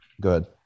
good